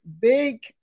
big